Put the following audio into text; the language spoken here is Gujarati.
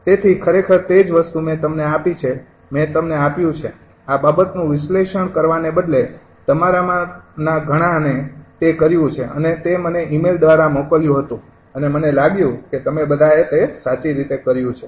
તેથી ખરેખર તે જ વસ્તુ મેં તમને આપી છે મે તમને આપ્યું છે આ બાબતનું વિશ્લેષણ કરવાને બદલે તમારામાંના ઘણાએ તે કર્યું છે અને તે મને ઇમેઇલ દ્વારા મોક્લયું હતું અને મને લાગ્યું કે તમે બધાએ તે સાચી રીતે કર્યું છે